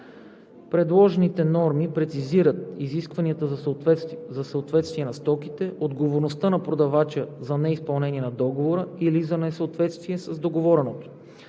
Предложените норми прецизират изискванията за съответствие на стоките, отговорността на продавача за неизпълнение на договора или за несъответствие с договореното,